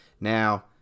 Now